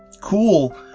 cool